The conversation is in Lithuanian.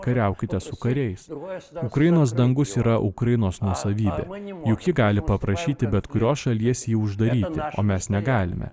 kariaukite su kariais ukrainos dangus yra ukrainos nuosavybė juk ji gali paprašyti bet kurios šalies jį uždaryti o mes negalime